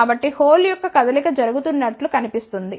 కాబట్టి హోల్ యొక్క కదలిక జరుగుతున్నట్లు కనిపిస్తోంది